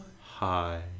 hi